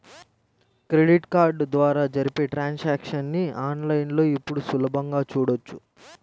credit card ద్వారా జరిపే transactions ని ఆన్ లైన్ లో ఇప్పుడు సులభంగా చూడొచ్చు